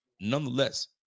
nonetheless